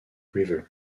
river